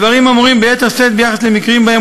הדברים אמורים ביתר שאת ביחס למקרים שבהם